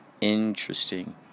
Interesting